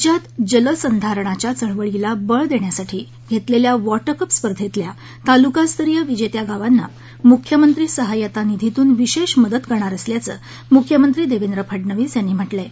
राज्यात जलसंधारणाच्या चळवळीला बळ देण्यासाठी घेतलेल्या वॉटरकप स्पर्धेतल्या तालुकास्तरीय विजेत्या गावांना मुख्यमंत्री सहायता निधीतून विशेष मदत करणार असल्याचं मुख्यमंत्री देवेंद्र फडनवीस यांनी म्हटलं आहे